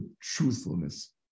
truthfulness